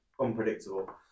unpredictable